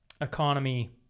economy